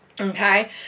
okay